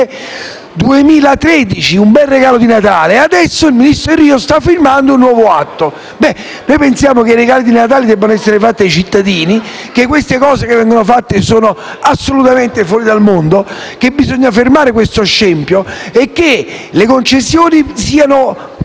2013: un bel regalo di Natale. Adesso il ministro Delrio sta firmando un nuovo atto. Noi pensiamo che i regali di Natale debbano essere fatti ai cittadini, che queste cose siano assolutamente fuori dal mondo, che bisogna fermare un tale scempio e che le concessioni debbano